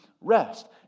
rest